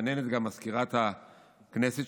מהנהנת מזכירת הכנסת,